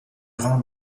rend